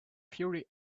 fury